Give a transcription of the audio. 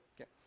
Okay